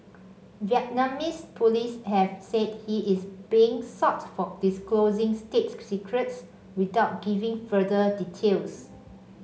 Vietnamese police have said he is being sought for disclosing state secrets without giving further details